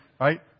right